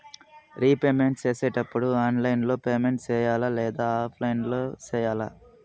repayment సేసేటప్పుడు online లో payment సేయాలా లేదా ఆఫ్లైన్ లో సేయాలా